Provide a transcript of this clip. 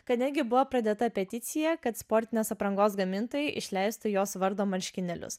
kadangi buvo pradėta peticija kad sportinės aprangos gamintojai išleistų jos vardo marškinėlius